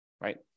Right